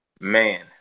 Man